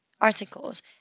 articles